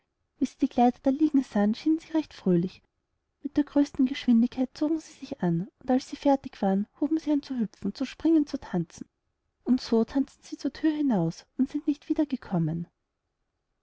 wie sie die kleider da liegen sahen schienen sie recht fröhlich mit der größten geschwindigkeit zogen sie sich an und als sie fertig waren huben sie an zu hüpfen zu springen zu tanzen und so tanzten sie zur thür hinaus und sind nicht